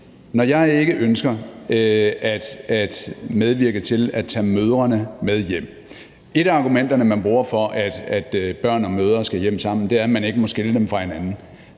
jeg ikke at medvirke til at tage mødrene med hjem? Et af argumenterne, man bruger for, at børn og mødre skal hjem sammen, er, at man ikke må skille dem fra hinanden.